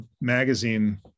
magazine